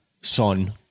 son